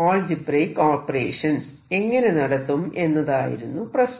അഥവാ algebraic operation എങ്ങനെ നടത്തും എന്നതായിരുന്നു പ്രശ്നം